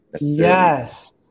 Yes